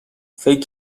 فکر